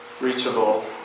reachable